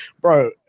bro